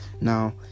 now